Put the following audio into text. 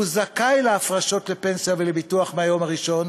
הוא זכאי להפרשות לפנסיה ולביטוח מהיום הראשון,